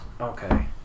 Okay